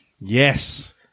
Yes